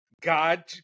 God